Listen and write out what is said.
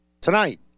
Tonight